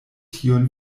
tiun